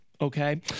Okay